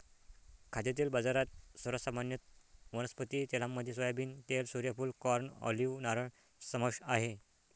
खाद्यतेल बाजारात, सर्वात सामान्य वनस्पती तेलांमध्ये सोयाबीन तेल, सूर्यफूल, कॉर्न, ऑलिव्ह, नारळ समावेश आहे